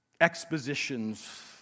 expositions